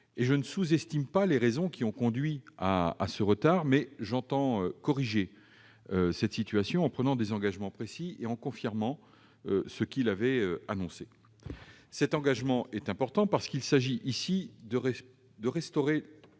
Je ne sous-estime pas les raisons qui ont conduit à ces retards, mais j'entends corriger cette situation en prenant des engagements précis et en confinant ce que M. Mézard avait annoncé. Cet engagement est important, parce qu'il s'agit de restaurer